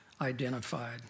identified